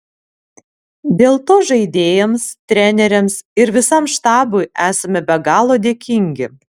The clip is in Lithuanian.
dėl to žaidėjams treneriams ir visam štabui esame be galo dėkingi